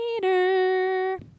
later